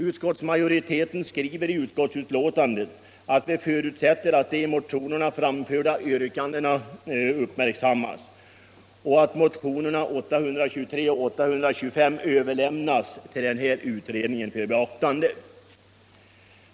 Utskottsmajoriteten skriver i betänkandet att man förutsätter att de i motionerna framförda yrkandena uppmärksammas och att motionerna 823 och 825 överlämnas till utredningen för beaktande.